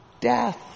death